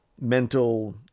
mental